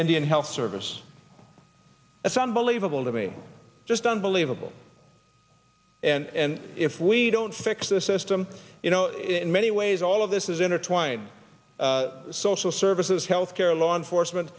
indian health service it's unbelievable to me just unbelievable and if we don't fix the system you know in many ways all of this is intertwined social services health care law enforcement